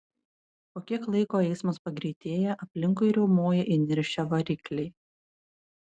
po kiek laiko eismas pagreitėja aplinkui riaumoja įniršę varikliai